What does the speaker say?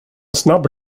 snabb